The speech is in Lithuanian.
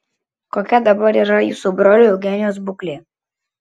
kokia dabar yra jūsų brolio eugenijaus būklė